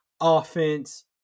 offense